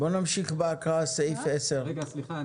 נמשיך בהקראה סעיף 10. רגע סליחה,